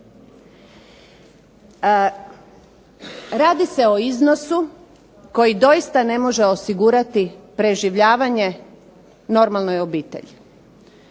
Radi se o iznosu koji doista ne može osigurati preživljavanje normalnoj obitelji.